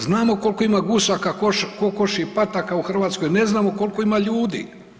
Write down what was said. Znamo koliko ima gusaka, kokoši i pataka u Hrvatskoj, a ne znamo koliko ima ljudi.